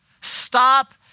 Stop